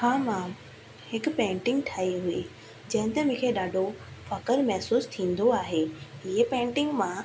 हा मां हिकु पेंटिंग ठाही हुई जंहिंते मूंखे ॾाढो फ़ख़्र महिसूसु थींदो आहे हीअ पेंटिंग मां